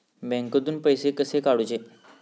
बँकेतून पैसे कसे काढूचे?